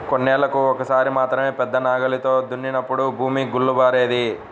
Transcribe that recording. కొన్నేళ్ళకు ఒక్కసారి మాత్రమే పెద్ద నాగలితో దున్నినప్పుడు భూమి గుల్లబారేది